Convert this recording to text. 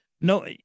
No